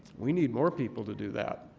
we need more people to do that.